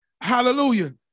Hallelujah